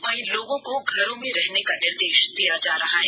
वहीं लोगों को घरों में रहने का निर्देष दिया जा रहा है